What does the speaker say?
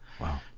Wow